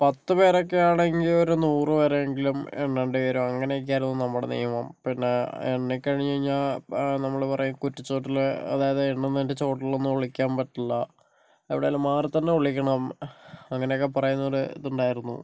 പത്ത് പേരൊക്കെയാണെങ്കിൽ ഒരു നൂറു വരെ എങ്കിലും എണ്ണേണ്ടി വരും അങ്ങനെയൊക്കെ ആയിരുന്നു നമ്മുടെ നിയമം പിന്നെ എണ്ണി കഴിഞ്ഞ് കഴിഞ്ഞാൽ നമ്മള് പറയും കുറ്റിച്ചോട്ടിലെ അതായത് എണ്ണുന്നതിന്റെ ചോട്ടിൽ ഒന്നും ഒളിക്കാൻ പറ്റില്ല എവിടേലും മാറി തന്നെ ഒളിക്കണം അങ്ങനെയൊക്കെ പറയുന്ന ഒരു ഇതുണ്ടായിരുന്നു